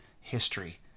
history